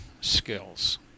skills